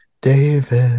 David